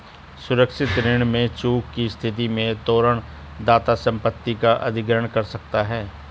सुरक्षित ऋण में चूक की स्थिति में तोरण दाता संपत्ति का अधिग्रहण कर सकता है